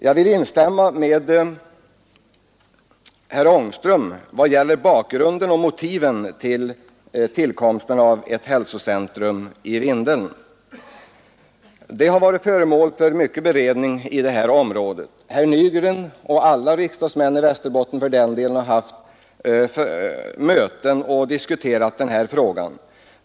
Jag vill instämma med herr Ångström i vad gäller bakgrunden och motiven till önskemålen om tillkomsten av ett hälsocentrum i Vindeln. Frågan har varit föremål för mycken beredning i det berörda området. Herr Nygren — ja, alla riksdagsmän i Västerbotten — har haft möten bl.a. i Vindeln och diskuterat denna fråga.